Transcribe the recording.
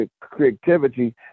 creativity